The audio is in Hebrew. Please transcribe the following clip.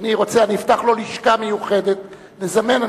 אדוני רוצה, אני אפתח לו לשכה מיוחדת, נזמן.